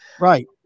right